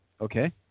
Okay